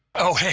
oh, hey,